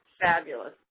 fabulous